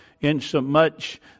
insomuch